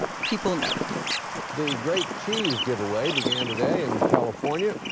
people notice the great cheese giveaway began today in california.